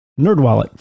NerdWallet